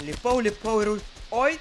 lipau lipau ir oi